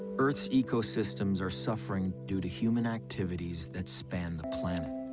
earths ecosystems are suffering due to human activities that span the planet.